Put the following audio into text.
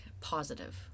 positive